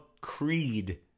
Creed